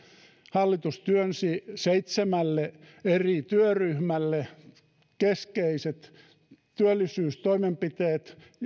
hallitus työnsi seitsemälle eri työryhmälle keskeisten työllisyystoimenpiteiden